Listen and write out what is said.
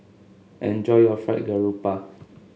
enjoy your Fried Garoupa